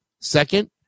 Second